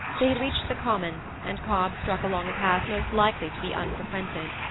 they had reached the common, and cobb struck along a path most likely to be unfrequented.